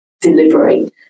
delivery